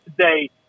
today